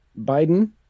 Biden